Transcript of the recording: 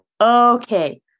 Okay